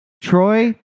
Troy